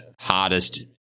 hardest